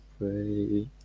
pray